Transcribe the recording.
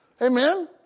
Amen